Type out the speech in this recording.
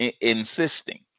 insisting